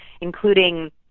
including